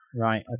Right